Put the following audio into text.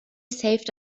saved